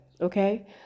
okay